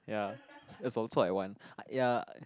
ya that's also I want ya